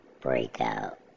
breakout